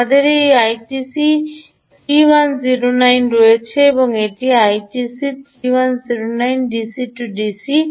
আমাদের একটি আইটিসি 3109 রয়েছে এটি আইটিসি 3109 ডিসি ডিসি